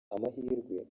amahirwe